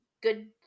good